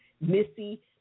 Missy